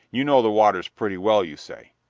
you know the waters pretty well, you say.